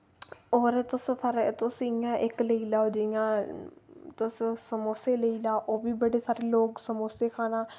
और तुस फिर तुस इ'यां इक लेई लैओ जि'यां तुस समोसे लेई लैओ ओह् बी बड़े सारे लोक समोसे खाना